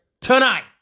tonight